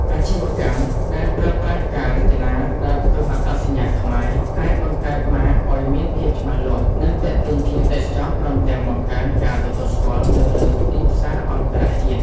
អាជីវកម្មដែលប្រើប្រាស់ការរចនាដែលផ្ទុកអត្តសញ្ញាណខ្មែរ អាចបង្កើតម៉ាកឲ្យមានភាពច្បាស់លាស់ និងទាក់ទាញភ្ញៀវទេសចរព្រមទាំងបង្កើនការទទួលស្គាល់នៅលើទីផ្សារអន្តរជាតិ។